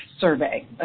survey